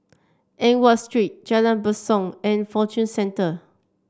Eng Watt Street Jalan Basong and Fortune Centre